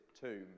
tomb